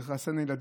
צריך לחסן ילדים